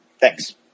Thanks